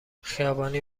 خیابانی